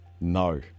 No